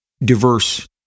diverse